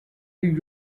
new